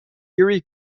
puri